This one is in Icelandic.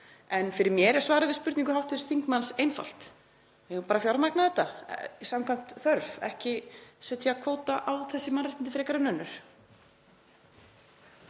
En fyrir mér er svarið við spurningu hv. þingmanns einfalt: Við eigum bara að fjármagna þetta samkvæmt þörf, ekki setja kvóta á þessi mannréttindi frekar en önnur.